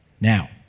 now